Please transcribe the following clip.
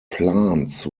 plants